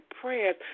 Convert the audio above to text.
prayers